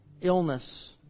illness